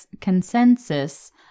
consensus